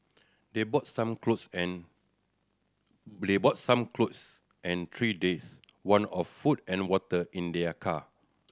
they brought some clothes and they brought some clothes and three days' one of food and water in their car